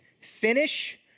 Finish